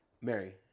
Mary